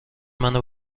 منو